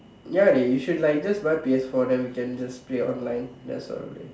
ya dey you should like just buy P_S four then we can just play online rest of the day